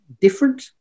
different